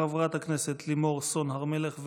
חברת הכנסת לימור סון הר מלך,